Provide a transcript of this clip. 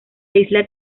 isla